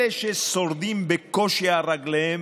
אלה ששורדים בקושי על רגליהם,